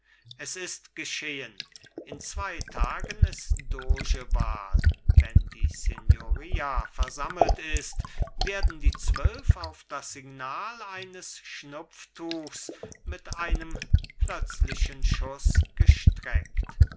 es ist geschehen in zwei tagen ist dogewahl wenn die signoria versammelt ist werden die zwölf auf das signal eines schnupftuchs mit einem plötzlichen schuß gestreckt